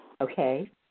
Okay